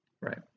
Right